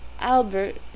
albert